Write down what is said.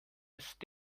ist